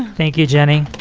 thank you, jenny.